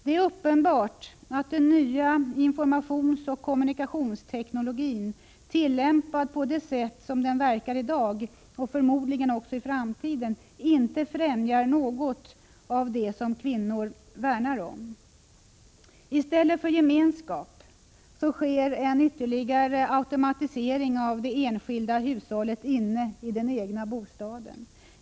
Det är uppenbart att den nya informationsoch kommunikationsteknologin, tillämpad på det sätt som den verkar i dag och förmodligen också i framtiden, inte främjar något av det som kvinnor värnar om. I stället för gemenskap sker en ytterligare automatisering av det enskilda hushållet inne i den egna bostaden.